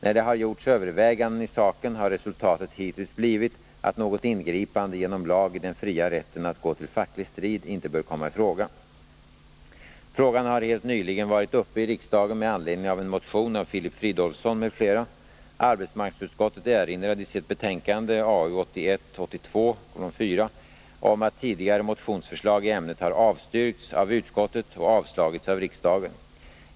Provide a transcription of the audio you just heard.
När det har gjorts överväganden i saken har resultatet hittills blivit att något ingripande genom lag i den fria rätten att gå till facklig strid inte bör komma i fråga. Frågan har helt nyligen varit uppe i riksdagen med anledning av en motion 17 av Filip Fridolfsson m.fl. Arbetsmarknadsutskottet erinrade i sitt betänkande om att tidigare motionsförslag i ämnet har avstyrkts av utskottet och avslagits av riksdagen.